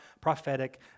prophetic